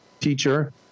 teacher